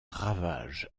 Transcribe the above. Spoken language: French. ravage